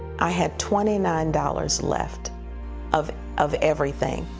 i had twenty nine dollars left of of everything.